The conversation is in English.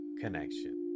connection